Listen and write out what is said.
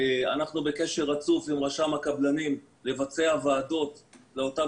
אנחנו בקשר רצוף עם רשם הקבלנים לבצע ועדות לאותם